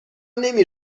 نمی